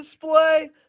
display